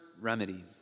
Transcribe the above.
remedy